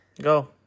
Go